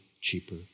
cheaper